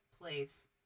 place